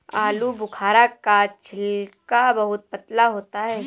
आलूबुखारा का छिलका बहुत पतला होता है